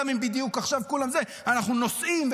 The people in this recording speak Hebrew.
אנחנו נוסעים,